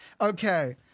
Okay